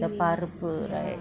the பருப்பு:paruppu right